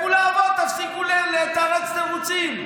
לכו לעבוד, תפסיקו לתרץ תירוצים.